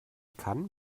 kann